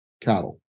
cattle